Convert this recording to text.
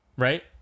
Right